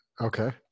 Okay